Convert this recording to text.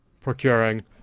procuring